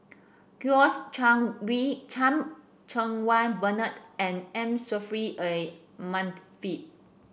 Kouo Chan We Chan Cheng Wah Bernard and M Saffri A Manaf